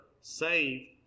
saved